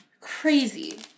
Crazy